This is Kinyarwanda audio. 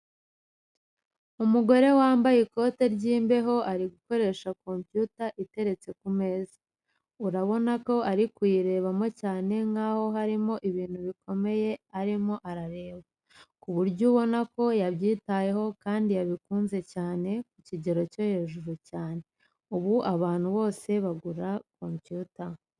Umugore wambaye ikote ry'imbeho ari gukoresha kompiyuta iteretse ku meza, urabona ko ari kuyirebamo cyane nkaho harimo ibintu bikomeye arimo arareba, ku buryo ubona ko yabyitayeho kandi yabikunze cyane ku kigero cyo hejuru cyane. Ubu abantu bose bagura kompiyuta.